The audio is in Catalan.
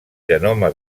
genoma